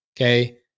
Okay